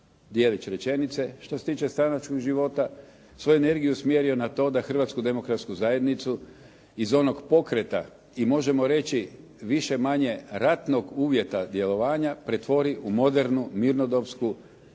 djelić rečenice. Što se tiče stranačkog života, svoju energiju je usmjerio na to da Hrvatsku demokratsku zajednicu iz onog pokreta i možemo reći više-manje ratnog uvjeta djelovanja, pretvori u modernu mirnodopsku stranku